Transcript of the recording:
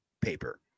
paper